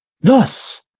Thus